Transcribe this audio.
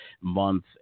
month